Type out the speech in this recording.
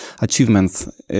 achievements